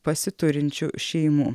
pasiturinčių šeimų